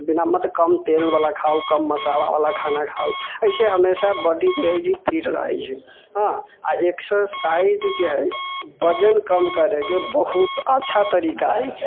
बिना मतलब कम तेलबाला खाउ कम मसालाबाला खाना खाउ एहिसे हमेशा बॉडी जे हइ फिट रहैत छै हँ आ एक्सर्सायज जे हइ वजन कम करयके बहुत अच्छा तरीका